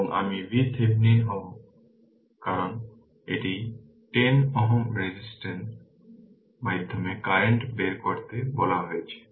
এবং আমি VThevenin হব কারণ এটি 10 Ω রোধ 10 Ω রোধের মাধ্যমে কারেন্ট বের করতে বলা হয়েছে